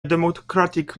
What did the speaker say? democratic